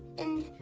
and,